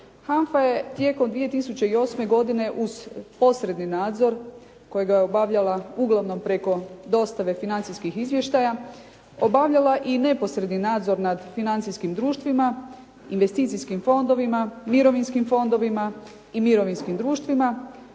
HANFA je tijekom 2008. godine uz posredni nadzor kojega je obavljala uglavnom preko dostave financijskih izvještaja obavljala i neposredni nadzor nad financijskim društvima, investicijskim fondovima, mirovinskim fondovima i mirovinskim društvima,